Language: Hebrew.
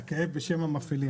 בשם המפעילים.